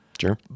Sure